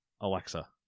Alexa